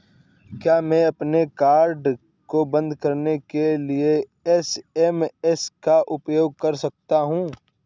क्या मैं अपने कार्ड को बंद कराने के लिए एस.एम.एस का उपयोग कर सकता हूँ?